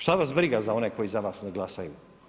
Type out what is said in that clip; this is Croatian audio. Šta vas briga za one koji za vas ne glasaju.